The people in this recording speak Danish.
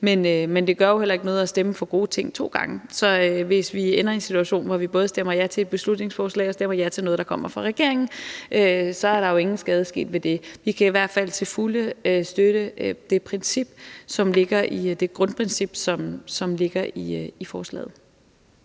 Men det gør jo heller noget at stemme for gode ting to gange, så hvis vi ender i en situation, hvor vi både stemmer ja til et beslutningsforslag og stemmer ja til noget, der kommer fra regeringen, så er der jo ingen skade sket ved det. Vi kan i hvert fald til fulde støtte det grundprincip, som ligger i forslaget.